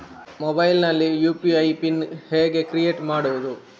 Mobile ನಲ್ಲಿ UPI PIN ಹೇಗೆ create ಮಾಡುವುದು?